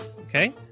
okay